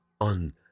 on